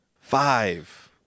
five